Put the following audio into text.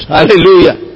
Hallelujah